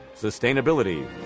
sustainability